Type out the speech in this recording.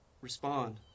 respond